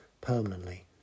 permanently